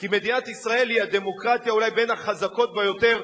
כי מדינת ישראל היא הדמוקרטיה אולי בין החזקות ביותר בעולם,